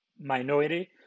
minority